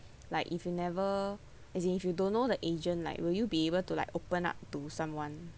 like if you never as in if you don't know the agent like will you be able to like open up to someone